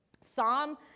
Psalm